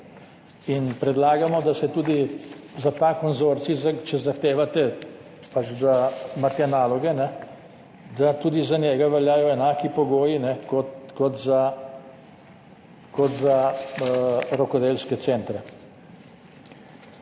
In predlagamo, da se tudi za ta konzorcij, če zahtevate pač, da ima te naloge, da tudi za njega veljajo enaki pogoji kot za rokodelske centre.